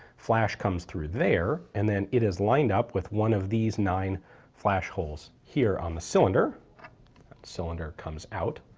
flash comes through there, and then it is lined up with one of these nine flash holes here on the cylinder that cylinder comes out,